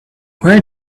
where